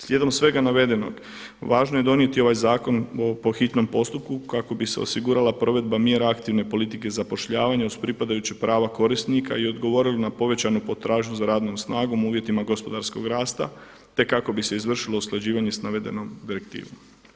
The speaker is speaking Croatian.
Slijedom svega navedenog važno je donijeti ovaj zakon po hitnom postupku kako bi se osigurala provedba mjera aktivne politike i zapošljavanje uz pripadajuća prava korisnika i odgovorili na povećanu potražnju za radnom snagom u uvjetima gospodarskog rasta, te kako bi se izvršilo usklađivanje sa navedenom direktivom.